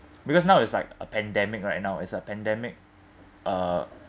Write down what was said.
because now it's like a pandemic right now it's a pandemic uh